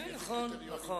כן, נכון.